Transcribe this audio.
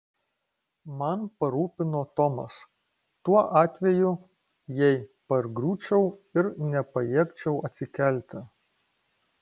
man parūpino tomas tuo atveju jei pargriūčiau ir nepajėgčiau atsikelti